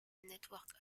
network